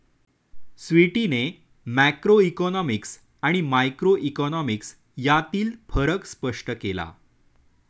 स्वीटीने मॅक्रोइकॉनॉमिक्स आणि मायक्रोइकॉनॉमिक्स यांतील फरक स्पष्ट केला